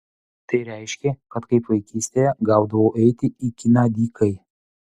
tai reiškė kad kaip vaikystėje gaudavau eiti į kiną dykai